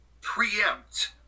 preempt